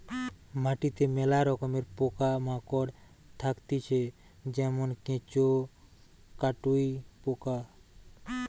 মাটিতে মেলা রকমের পোকা মাকড় থাকতিছে যেমন কেঁচো, কাটুই পোকা